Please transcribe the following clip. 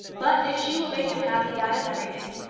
but if she will make him happy that is everything.